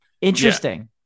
Interesting